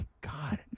God